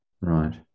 Right